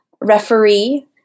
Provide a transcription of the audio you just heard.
referee